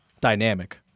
dynamic